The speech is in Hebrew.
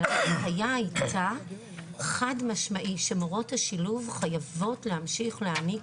אבל ההנחיה הייתה חד משמעי שמורות השילוב חייבות להמשיך להעניק